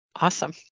Awesome